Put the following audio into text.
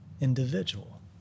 individual